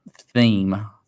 theme